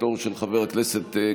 (תיקון מס' 38),